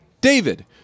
David